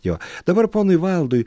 jo dabar ponui valdui